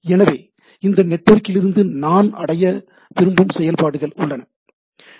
எனவே இந்த நெட்வொர்க்கிலிருந்து நான் அடைய விரும்பும் செயல்பாடுகள் உள்ளன சரி